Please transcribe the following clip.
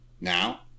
Now